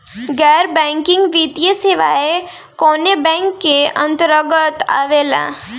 गैर बैंकिंग वित्तीय सेवाएं कोने बैंक के अन्तरगत आवेअला?